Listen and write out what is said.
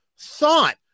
thought